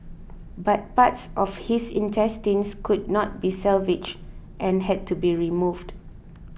but parts of his intestines could not be salvaged and had to be removed